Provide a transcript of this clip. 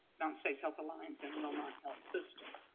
mountain state health alliance, and wellmont health system.